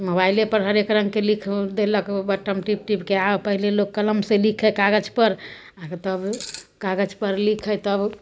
मोबाइले पर हरेक रङ्गके लिख देलक बट्टम टिप टिपके पहिले लोक कलम से लिखै कागज पर आब तऽ कागज़ पर लिखै तब